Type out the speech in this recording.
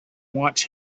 watch